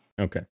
Okay